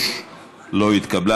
3 לא התקבלה.